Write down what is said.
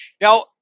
Now